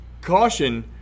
Caution